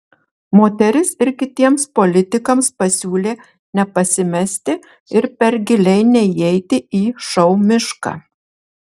moteris ir kitiems politikams pasiūlė nepasimesti ir per giliai neįeiti į šou mišką